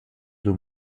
deux